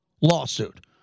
lawsuit